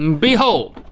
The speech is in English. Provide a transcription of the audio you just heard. um behold.